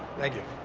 thank you.